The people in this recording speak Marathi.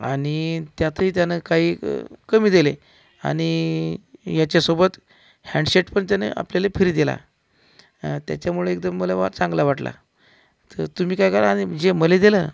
आणि त्यातही त्यानं काही कमी दिले आणि याच्यासोबत हॅन्डशेट पण त्यानं आपल्याला फ्री दिला त्याच्यामुळे एकदम मला बुवा चांगला वाटला तर तुम्ही काय करा आणि जे मला दिला